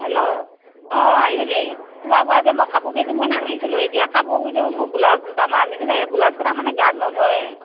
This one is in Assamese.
হেল্ল' অঁ আইজনী তোমাৰ পৰা যে মই কাপোৰ কেইযোৰমান আনিছিলোঁ এতিয়া কাপোৰযোৰ মোৰ ব্লাউজ দুটামান আনিছিলোঁ সেই ব্লাউজকেইটা মানে গাত নধৰে